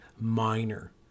minor